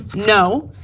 no.